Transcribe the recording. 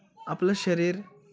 आपलं शरीर